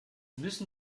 müssen